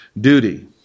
duty